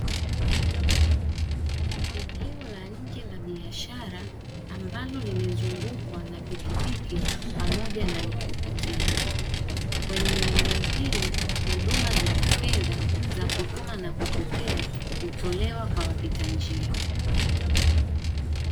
Eneo la nje la biashara ambalo limezungukwa na pikipiki pamoja na mikokoteni, kwenye eneo hili huduma za kifedha za kutuma na kupokea hutolewa kwa wapita njia.